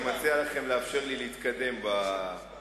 אני מציע לכם לאפשר לי להתקדם בנאום.